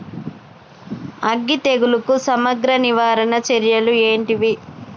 అగ్గి తెగులుకు సమగ్ర నివారణ చర్యలు ఏంటివి?